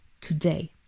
today